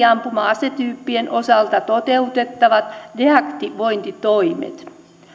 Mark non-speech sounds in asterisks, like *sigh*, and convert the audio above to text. *unintelligible* ampuma asetyyppien osalta toteutettavat deaktivointitoimet